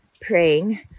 praying